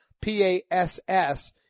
P-A-S-S